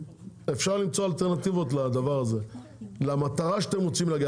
אפשר למצוא אלטרנטיבות למטרה שאתם רוצים להגיע,